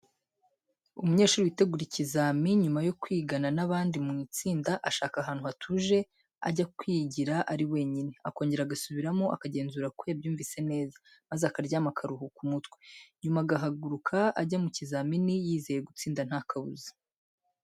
Umunyeshuri witegura ikizamini, nyuma yo kwigana n'abandi mu itsinda, ashaka ahantu hatuje, ajya kwigira ari wenyine, akongera agasubiramo, akagenzura ko yabyumvise neza, maze akaryama akaruhura umutwe, nyuma agahaguruka ajya mu kizamini yizeye gutsinda nta kabuza.